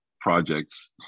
projects